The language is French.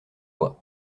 voie